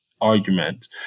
argument